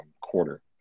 quarter